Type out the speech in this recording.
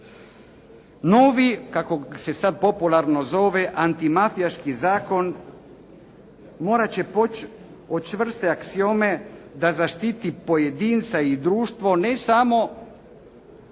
Novi, kako se sad popularno zove antimafijaški zakon morati će poći od čvrste aksiome da zaštiti pojedinca i društvo, ne samo